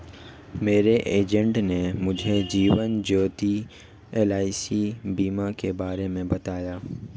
मेरे एजेंट ने मुझे जीवन ज्योति एल.आई.सी बीमा के बारे में बताया